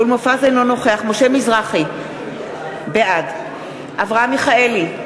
אינו נוכח משה מזרחי, בעד אברהם מיכאלי,